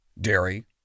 dairy